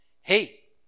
hey